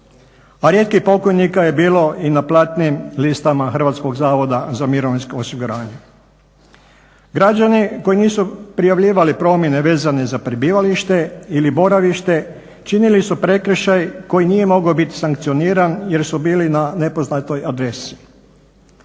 A rijetkih pokojnika je bilo i na platnim listama HZMO-a. Građani koji nisu prijavljivali promjene vezane za prebivalište ili boravište činili su prekršaj koji nije mogao biti sankcioniran jer su bili na nepoznatoj adresi.